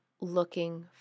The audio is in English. looking